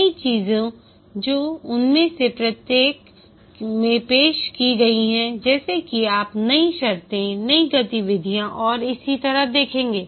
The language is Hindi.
नई चीजें जो उनमें से प्रत्येक में पेश की गई हैं जैसे कि आप नई शर्तें नई गतिविधियां और इसी तरह देखेंगे